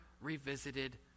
revisited